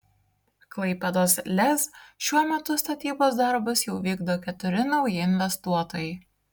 klaipėdos lez šiuo metu statybos darbus jau vykdo keturi nauji investuotojai